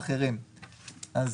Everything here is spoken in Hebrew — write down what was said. אז